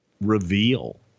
reveal